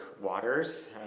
waters